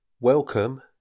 Welcome